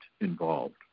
involved